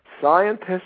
Scientists